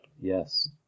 Yes